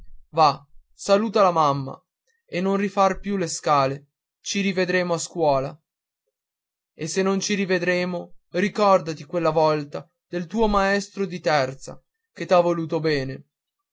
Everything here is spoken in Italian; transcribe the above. va saluta la mamma e non rifar più le scale ci rivedremo alla scuola e se non ci rivedremo ricordati qualche volta del tuo maestro di terza che t'ha voluto bene